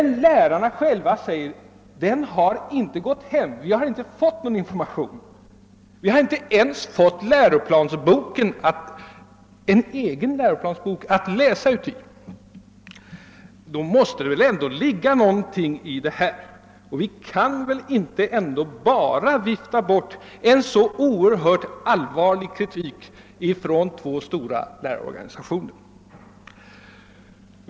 Lärarna själva säger att de inte har fått någon information. De har inte ens fått ett eget exemplar av läroplanen att läsa i. Det måste ändå ligga något i dessa klagomål. Vi kan inte bara vifta bort en så oerhört allvarlig kritik som framförts från två stora lärarorganisationer.